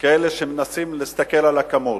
כאלה שמנסים להסתכל על הכמות.